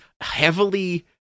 heavily –